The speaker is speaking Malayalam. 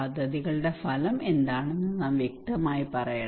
പദ്ധതികളുടെ ഫലം എന്താണെന്ന് നാം വ്യക്തമായി പറയണം